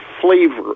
flavor